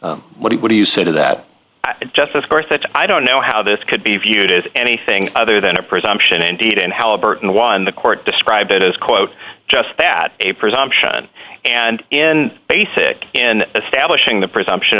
proxy what do you say to that justice course that i don't know how this could be viewed as anything other than a presumption indeed in halliburton one the court described it as quote just that a presumption and in basic in establishing the presumption